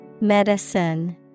Medicine